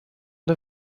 der